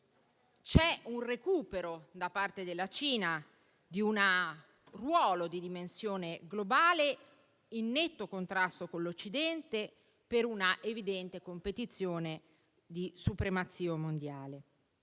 c'è un recupero, da parte della Cina, di un ruolo di dimensione globale, in netto contrasto con l'Occidente, per una evidente competizione di supremazia mondiale.